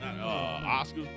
Oscar